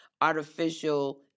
artificial